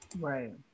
Right